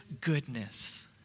goodness